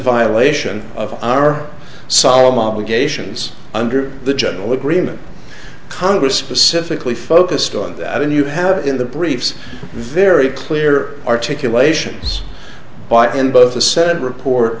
violation of our solemn obligations under the general agreement congress specifically focused on that and you have in the briefs very clear articulations by in both the senate report